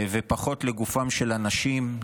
ופחות לגופם של אנשים,